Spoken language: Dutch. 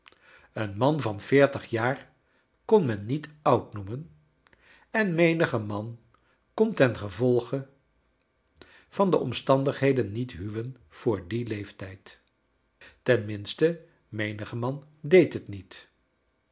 een man van veertig jaar kon men niet oud noemen en menige man kon tengevoige van de omstandigheden niet huwen vr dien leeftijd ten minste menige man deed het niet